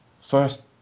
first